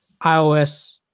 iOS